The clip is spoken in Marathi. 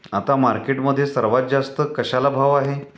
आता मार्केटमध्ये सर्वात जास्त कशाला भाव आहे?